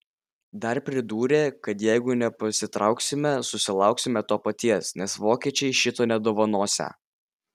dar pridūrė kad jeigu nepasitrauksime susilauksime to paties nes vokiečiai šito nedovanosią